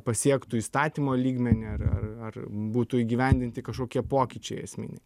pasiektų įstatymo lygmenį ar ar ar būtų įgyvendinti kažkokie pokyčiai esminiai